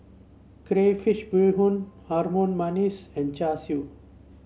Crayfish Beehoon Harum Manis and Char Siu